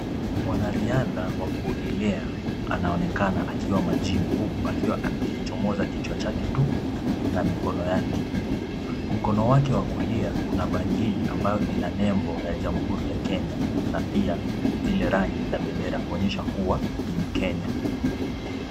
Mwanariadha wa kuogelea anaonekana akiwa makini huku akiwa amekichomoza kichwa chake tu na mikono yake. Mkono wake wa kulia una bangili ambayo ina nembo ya jamhuri ya Kenya na pia zile rangi za bendera kuonyesha kuwa ni mkenya.